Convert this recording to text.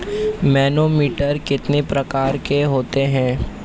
Manometer कितने प्रकार के होते हैं?